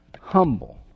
humble